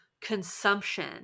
consumption